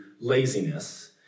laziness